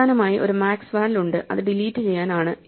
അവസാനമായിഒരു maxval ഉണ്ട് അത് delete ചെയ്യാൻ ആണ്